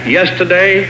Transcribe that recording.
yesterday